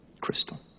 Crystal